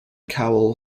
cowell